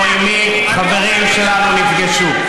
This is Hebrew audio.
או עם מי חברים שלנו נפגשו.